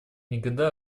никогда